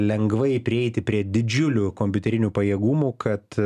lengvai prieiti prie didžiulių kompiuterinių pajėgumų kad